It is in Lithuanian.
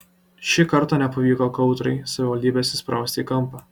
šį kartą nepavyko kautrai savivaldybės įsprausti į kampą